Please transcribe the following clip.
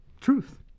truth